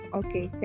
okay